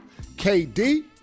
KD